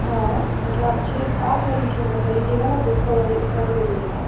हाँ मतलब आप छः सात बारी छः बारी कर लीजिएगा ना तो उसका वही उतना ही में मिलेगा